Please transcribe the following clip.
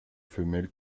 femelle